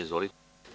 Izvolite.